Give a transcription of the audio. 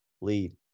lead